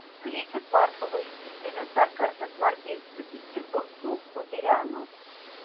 kritus varšuvai hitleris dar kartą smarkiai susikirto su guderianu